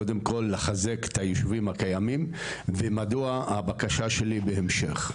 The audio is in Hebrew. קודם כל לחזק את הישובים הקיימים ומדוע הבקשה שלי בהמשך.